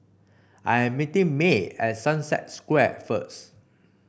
I am meeting May at Sunset Square first